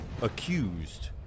accused